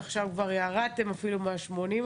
עכשיו כבר ירדתם אפילו מה-80%.